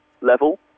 level